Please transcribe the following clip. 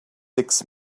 six